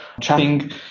chatting